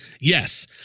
Yes